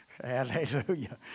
Hallelujah